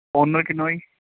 owner ਕਿੰਨਵਾਂ ਜੀ